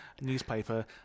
newspaper